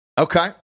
Okay